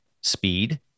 speed